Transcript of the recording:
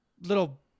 little